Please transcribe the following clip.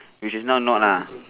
which is not note lah